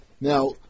Now